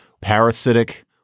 parasitic